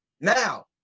Now